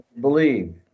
believe